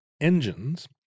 engines